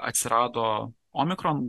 atsirado omikron